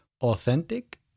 authentic